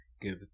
give